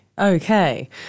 Okay